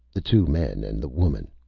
the two men and the woman.